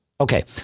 Okay